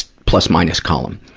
plus-minus column.